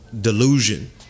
delusion